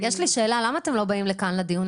אני --- למה אתם לא באים לכאן לדיון?